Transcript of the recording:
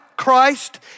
Christ